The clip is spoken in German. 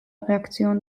reaktion